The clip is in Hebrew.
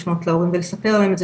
לפנות להורים ולספר להם את זה,